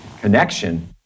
connection